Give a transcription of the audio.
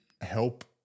help